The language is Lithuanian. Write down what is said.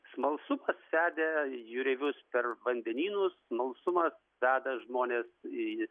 smalsumas vedė jūreivius per vandenynus smalsumas veda žmones į